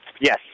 Yes